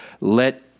let